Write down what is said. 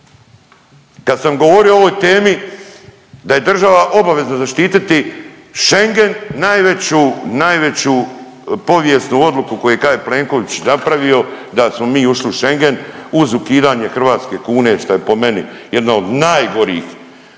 Kad sam govorio o ovoj temi da je država obavezna zaštititi Schengen najveću, najveću povijesnu odluku koju je ikad Plenković napravio da smo mi ušli u Schengen uz ukidanje hrvatske kune šta je po meni jedna od najgorih